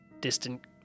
distant